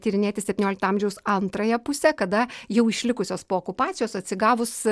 tyrinėti septyniolikto amžiaus antrąją pusę kada jau išlikusios po okupacijos atsigavus